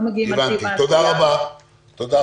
תודה רבה.